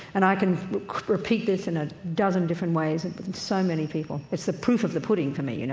and i can repeat this in a dozen different ways. and so many people. it's the proof of the pudding, for me, you know.